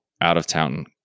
out-of-town